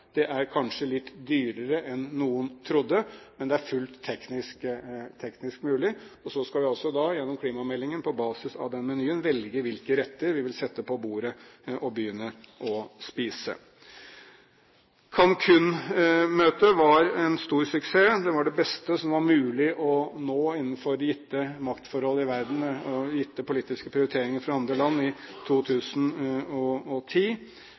Det er kanskje litt dyrere enn noen trodde, men det er fullt teknisk mulig. Så skal vi altså gjennom klimameldingen, på basis av den menyen, velge hvilke retter vi vil sette på bordet og begynne å spise. Cancún-møtet var en stor suksess. Det var det beste som var mulig å nå innenfor de gitte maktforhold i verden og gitte politiske prioriteringer fra andre land i